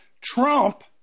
Trump